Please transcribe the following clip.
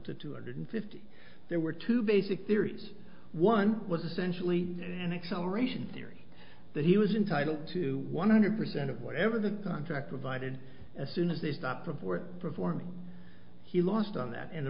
wo hundred fifty there were two basic there's one was essentially an acceleration theory that he was entitled to one hundred percent of whatever the contract provided as soon as they stopped of were performing he lost on that and the